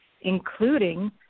including